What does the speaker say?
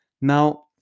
Now